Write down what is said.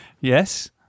Yes